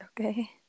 okay